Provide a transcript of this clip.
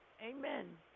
Amen